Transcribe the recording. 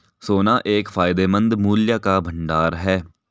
सोना एक फायदेमंद मूल्य का भंडार है